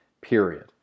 period